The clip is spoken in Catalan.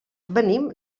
venim